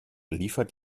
liefert